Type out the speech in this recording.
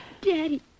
Daddy